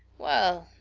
well,